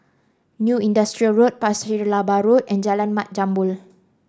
New Industrial Road Pasir Laba Road and Jalan Mat Jambol